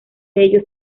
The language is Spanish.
ellos